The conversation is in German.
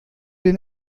den